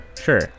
sure